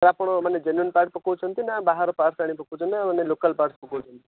sir ଆପଣ ମାନେ genuine part ପକଉଛନ୍ତି ନା ବାହାରୁ ପାର୍ଟସ୍ ଆଣି ପକଉଛନ୍ତି ନା ମାନେ ଲୋକାଲ୍ ପାର୍ଟସ୍ ପକଉଛନ୍ତି